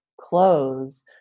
clothes